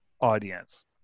audience